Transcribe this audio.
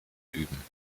üben